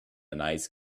nice